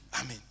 Amen